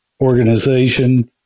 organization